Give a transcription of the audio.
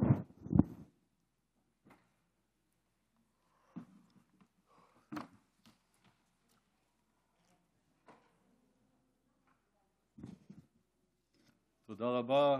תודה רבה.